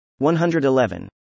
111